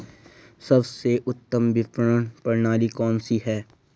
सबसे उत्तम विपणन प्रणाली कौन सी है?